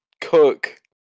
cook